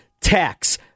tax